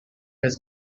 has